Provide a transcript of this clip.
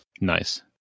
Nice